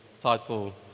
title